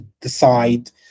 decide